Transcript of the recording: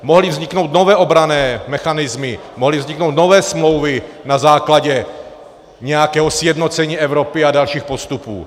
Mohly vzniknout nové obranné mechanismy, mohly vzniknout nové smlouvy na základě nějakého sjednocení Evropy a dalších postupů.